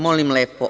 Molim lepo.